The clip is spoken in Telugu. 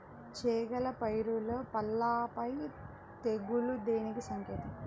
చేగల పైరులో పల్లాపై తెగులు దేనికి సంకేతం?